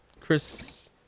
Chris